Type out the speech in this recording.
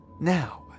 Now